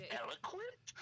eloquent